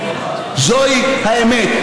זוהי האמת.